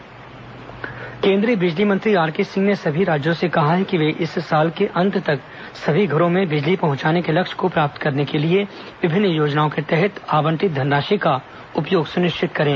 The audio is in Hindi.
बिजली आरकेसिंह केन्द्रीय बिजली मंत्री आरके सिंह ने सभी राज्यों से कहा है कि वे इस साल के अंत तक सभी घरों में बिजली पहंचाने के लक्ष्य को प्राप्त करने के लिए विभिन्न योजनाओं के तहत आवंटित धनराशि का उपयोग सुनिश्चित करें